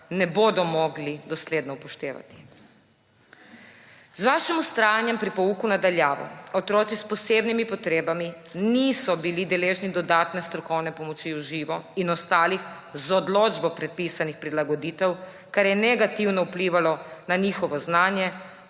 ne bodo mogli dosledno upoštevati. Z vašim vztrajanjem pri pouku na daljavo otroci s posebnimi potrebami niso bili deležni dodatne strokovne pomoči v živo in ostalih, z odločbo predpisanih prilagoditev, kar je negativno vplivalo na njihovo znanje